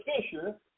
Fisher